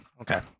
Okay